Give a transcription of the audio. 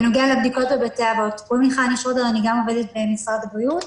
אני חני שרודר ואני גם עובדת במשרד הבריאות,